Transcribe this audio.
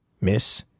Miss